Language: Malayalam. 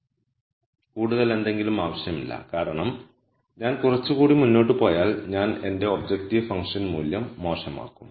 കൂടുതൽ എന്തെങ്കിലും ആവശ്യമില്ല കാരണം ഞാൻ കുറച്ചുകൂടി മുന്നോട്ട് പോയാൽ ഞാൻ എന്റെ ഒബ്ജക്റ്റീവ് ഫങ്ക്ഷൻ മൂല്യം മോശമാക്കും